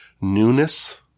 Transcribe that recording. Newness